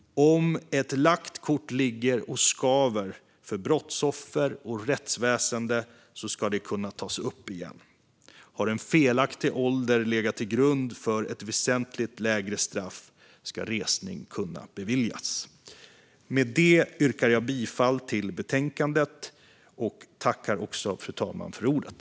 Om ett lagt kort ligger och skaver för brottsoffer och rättsväsen ska det kunna tas upp igen. Har en felaktig ålder legat till grund för ett väsentligt lägre straff ska resning kunna beviljas. Med detta yrkar jag bifall till utskottets förslag i betänkandet.